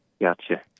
Gotcha